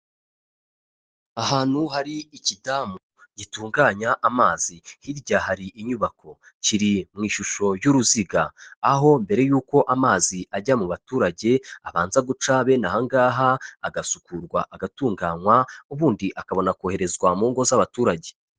Ahantu hari ikidamu gitunganya amazi, hirya hari inyubako, kiri mu ishusho y'uruziga, aho mbere y'uko amazi ajya mu baturage, abanza guca bene aha ngaha, agasukurwa agatunganywa, ubundi akabona koherezwa mu ngo z'abaturage.